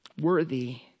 worthy